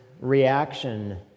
reaction